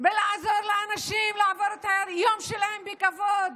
לעזור לאנשים לעבור את היום שלהם בכבוד?